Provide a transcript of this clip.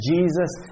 Jesus